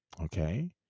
okay